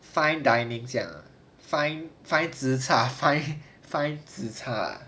fine dining 这样 ah fine fine zi char fine fine zi char